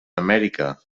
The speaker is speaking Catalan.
amèrica